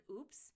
oops